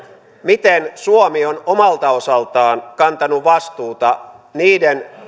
miten suomi on omalta osaltaan kantanut vastuuta niiden